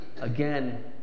again